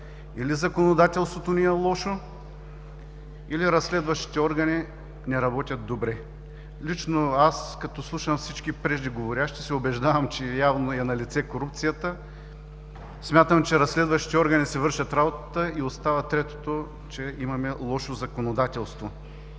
или законодателството ни е лошо, или разследващите органи не работят добре. Лично аз, като слушам всички преждеговоривши, се убеждавам, че явно корупцията е налице. Смятам, че разследващите органи си вършат работата и остава третото – че имаме лошо законодателство.